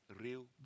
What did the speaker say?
real